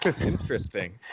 Interesting